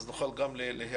אז נוכל גם להיעזר.